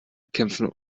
kämpfen